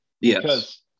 yes